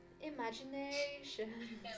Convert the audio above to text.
imagination